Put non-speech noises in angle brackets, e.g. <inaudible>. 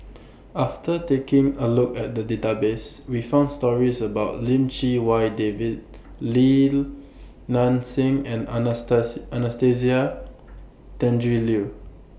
after taking A Look At The Database We found stories about Lim Chee Wai David Li Nanxing and <unintelligible> Anastasia Tjendri Liew